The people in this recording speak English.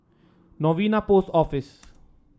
Novena Post Office